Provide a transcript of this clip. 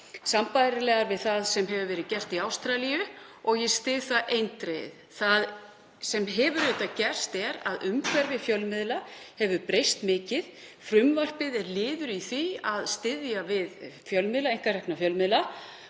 sambærilegar við það sem hefur verið gert í Ástralíu. Ég styð það eindregið. Það sem hefur gerst er að umhverfi fjölmiðla hefur breyst mikið. Frumvarpið er liður í því að styðja við einkarekna fjölmiðla